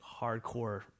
hardcore